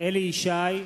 אליהו ישי,